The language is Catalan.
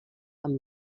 amb